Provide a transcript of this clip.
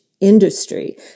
industry